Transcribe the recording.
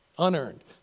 unearned